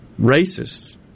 racists